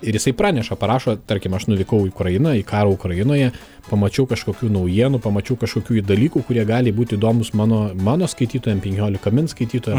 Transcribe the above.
ir jisai praneša parašo tarkim aš nuvykau į ukrainą į karą ukrainoje pamačiau kažkokių naujienų pamačiau kažkokių dalykų kurie gali būti įdomūs mano mano skaitytojam penkiolika min skaitytojam